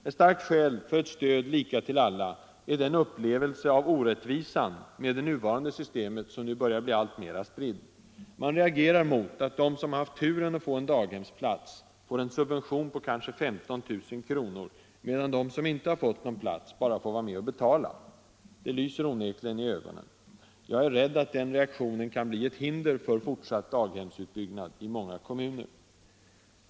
Ett starkt skäl för ett stöd lika till alla är den upplevelse av orättvisa hos det nuvarande systemet som nu börjar bli alltmer spridd. Man reagerar mot att de, som har haft turen att få en daghemsplats, får en subvention på kanske 15 000 kr., medan de som inte har fått någon plats bara får vara med och betala. Det lyser onekligen i ögonen. Jag är rädd att den reaktionen kan bli ett hinder för fortsatt daghemsutbyggnad i många kommuner.